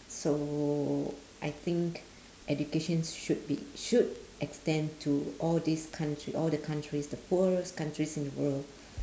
so I think education should be should extend to all these countr~ all the countries the poorest countries in the world